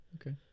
Okay